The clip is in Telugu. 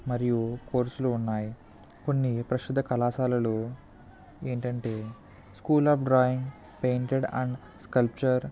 మరియు కోర్సులు ఉన్నాయి కొన్ని ప్రసిద్ధ కళాశాలలలు ఏంటంటే school of drawing painted and sculpture